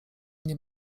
nie